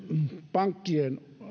pankkien